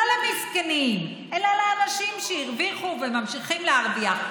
לא למסכנים אלא לאנשים שהרוויחו וממשיכים להרוויח.